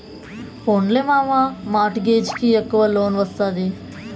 పోన్లే మావా, mortgage కి ఎక్కవ లోన్ ఒస్తాది